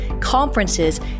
conferences